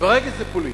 ברגע שזה פוליטי,